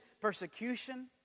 persecution